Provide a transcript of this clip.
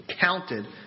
counted